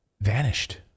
vanished